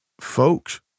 Folks